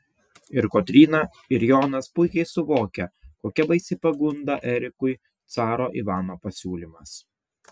ir kotryna ir jonas puikiai suvokia kokia baisi pagunda erikui caro ivano pasiūlymas